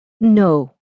no